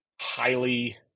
highly